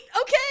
okay